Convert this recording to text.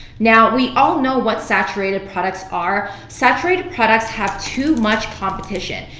now, we all know what saturated products are. saturated products have too much competition.